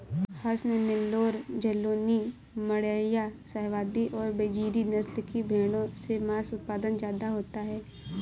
हसन, नैल्लोर, जालौनी, माण्ड्या, शाहवादी और बजीरी नस्ल की भेंड़ों से माँस उत्पादन ज्यादा होता है